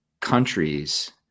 countries